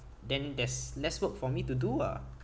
then there's less work for me to do ah